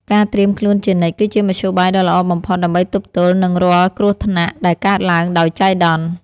ការត្រៀមខ្លួនជានិច្ច គឺជាមធ្យោបាយដ៏ល្អបំផុតដើម្បីទប់ទល់នឹងរាល់គ្រោះថ្នាក់ដែលកើតឡើងដោយចៃដន្យ។